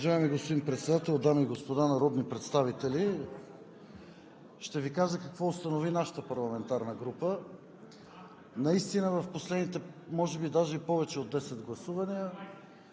Уважаеми господин Председател, дами и господа народни представители! Ще Ви кажа какво установи нашата парламентарна група. Наистина в последните може би повече от десет гласувания,